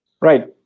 Right